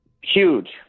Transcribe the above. Huge